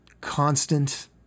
constant